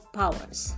powers